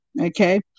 Okay